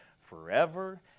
forever